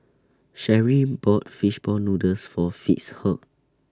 Cheri bought Fish Ball Noodles For Fitzhugh